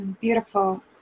Beautiful